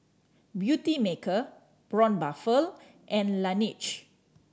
Beautymaker Braun Buffel and Laneige